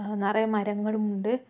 നിറയെ മരങ്ങളുമുണ്ട്